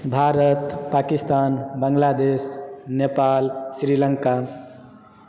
Bharat Pakistan Bangladesh Nepal Sri Lanka